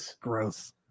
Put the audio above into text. gross